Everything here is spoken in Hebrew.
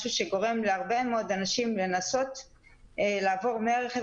משהו שגורם להרבה מאוד אנשים לנסות לעבור מהרכב